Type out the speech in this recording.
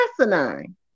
asinine